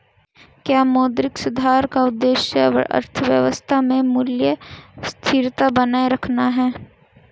क्या मौद्रिक सुधार का उद्देश्य अर्थव्यवस्था में मूल्य स्थिरता बनाए रखना है?